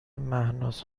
مهناز